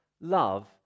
love